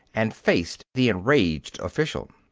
and faced the enraged official.